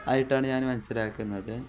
ആയിട്ടാണ് ഞാൻ മനസ്സിലാക്കുന്നത്